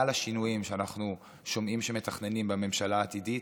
השינויים שאנחנו שומעים שמתכננים בממשלה העתידית,